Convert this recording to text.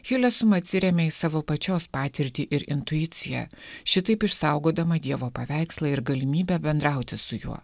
hilesum atsirėmė į savo pačios patirtį ir intuiciją šitaip išsaugodama dievo paveikslą ir galimybę bendrauti su juo